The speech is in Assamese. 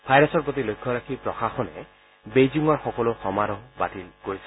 ভাইৰাছৰ প্ৰতি লক্ষ্য ৰাখি প্ৰশাসনে বেইজিঙৰ সকলো সমাহোৰ বাতিল কৰিছে